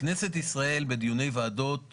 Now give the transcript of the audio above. אם אני צריך לעשות את ההסדרה זה עולה יותר,